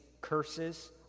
curses